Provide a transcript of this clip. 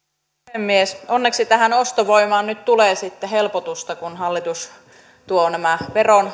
puhemies onneksi tähän ostovoimaan nyt tulee sitten helpotusta kun hallitus tuo nämä